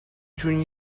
juny